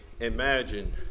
Imagine